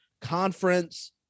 conference